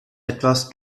etwas